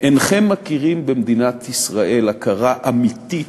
אינכם מכירים במדינת ישראל הכרה אמיתית,